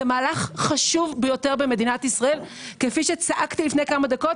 מהלך חשוב ביותר במדינת ישראל כפי שצעקתי לפני כמה דקות